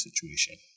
situation